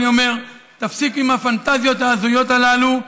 אני אומר: תפסיק עם הפנטזיות ההזויות הללו.